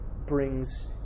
Brings